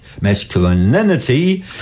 Masculinity